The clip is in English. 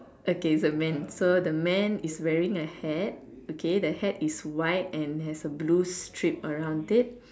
okay is a man so the man is wearing a hat okay the hat is white and has a blue strip around it